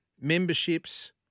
memberships